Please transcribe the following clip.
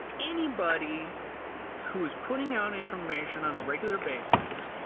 anybody who is putting out information on a regular basis